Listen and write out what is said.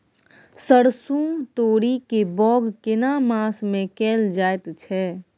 सरसो, तोरी के बौग केना मास में कैल जायत छै?